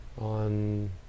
on